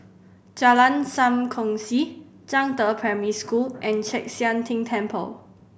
Jalan Sam Kongsi Zhangde Primary School and Chek Sian Tng Temple